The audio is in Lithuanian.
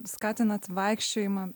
skatinat vaikščiojimą